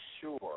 sure